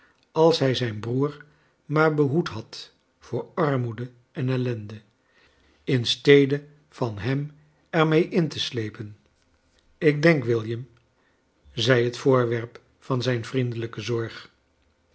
als hij zijn broer maar behoed had voor armoede en ellende in stede van hem er mee in te sleepen ik denk william zei het voorwerp van zrju viiendelijke zorg